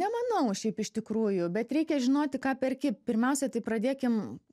nemanau šiaip iš tikrųjų bet reikia žinoti ką perki pirmiausia tai pradėkim